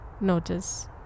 notice